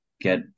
get